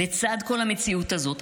לצד כל המציאות הזאת,